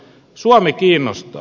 suomi kiinnostaa